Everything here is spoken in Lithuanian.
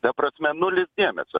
ta prasme nulis dėmesio